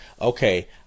okay